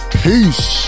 peace